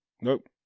Nope